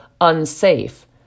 unsafe